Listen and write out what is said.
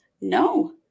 No